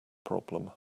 problem